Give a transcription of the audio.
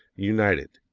united,